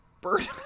Bird